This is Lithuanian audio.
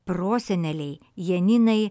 prosenelei janinai